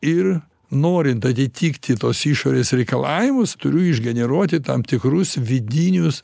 ir norint atitikti tos išorės reikalavimus turiu išgeneruoti tam tikrus vidinius